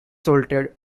salted